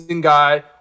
guy